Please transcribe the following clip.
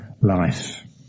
life